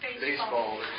baseball